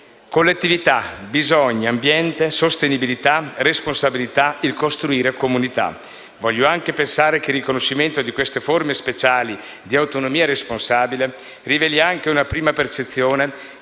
Collettività, bisogni, ambiente, sostenibilità, responsabilità, il costruire comunità: voglio pensare che il riconoscimento di queste forme speciali di "autonomia responsabile" riveli anche una prima percezione che l'Italia deve dare